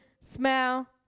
smell